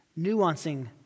nuancing